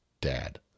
dad